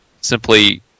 simply